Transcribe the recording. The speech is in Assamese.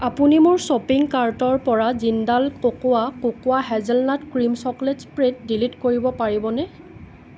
আপুনি মোৰ শ্বপিং কাৰ্টৰ পৰা Jindal cocoa cocoa hazelnut cream chocolate spread delete কৰিব পাৰিবনে